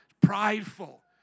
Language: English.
Prideful